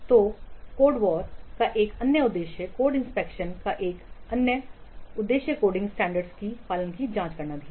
तो कोड वार का एक अन्य उद्देश्य कोड इंस्पेक्शन का एक अन्य उद्देश्य कोडिंग स्टैंडर्ड्स के पालन की जांच करना है